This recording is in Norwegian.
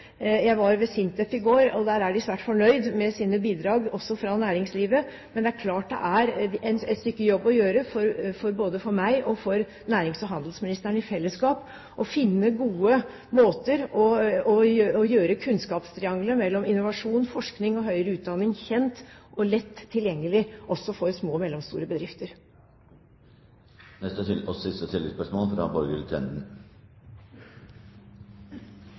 Jeg var ved SINTEF i går, og der er de svært fornøyd med sine bidrag, også fra næringslivet. Men det er klart det er et stykke jobb å gjøre for meg og nærings- og handelsministeren i fellesskap å finne gode måter å gjøre kunnskapstriangelet mellom innovasjon, forskning og høyere utdanning kjent og lett tilgjengelig på også for små og mellomstore bedrifter. Borghild Tenden – til oppfølgingsspørsmål. VG omtaler regjeringens forskningsinnsats som «en gedigen bløff», og